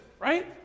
Right